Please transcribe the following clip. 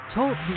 Talk